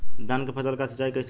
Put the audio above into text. धान के फसल का सिंचाई कैसे करे?